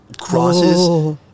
crosses